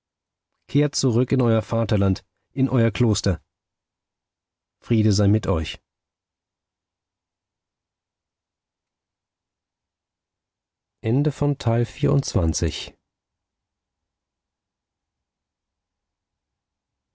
kehrt zurück in euer vaterland in euer kloster friede sei mit euch